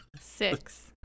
Six